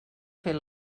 fer